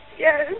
Yes